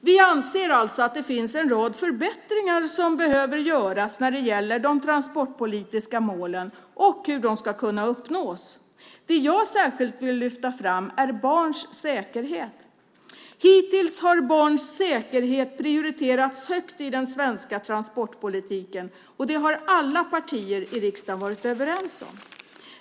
Vi anser alltså att det finns en rad förbättringar som behöver göras när det gäller de transportpolitiska målen och hur de ska kunna uppnås. Det jag särskilt vill lyfta fram är barns säkerhet. Hittills har barns säkerhet prioriterats högt i den svenska transportpolitiken, och det har alla partier i riksdagen varit överens om.